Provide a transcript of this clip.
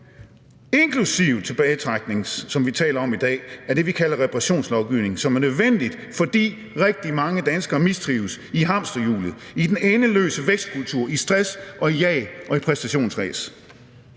inklusive tilbagetrækning, som vi taler om i dag, er det, vi kalder reparationslovgivning, som er nødvendig, fordi rigtig mange danskere mistrives i hamsterhjulet, i den endeløse vækstkultur, i stress og i jag og præstationsræs.